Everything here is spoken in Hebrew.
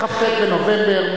מכ"ט בנובמבר,